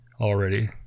already